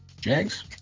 Jags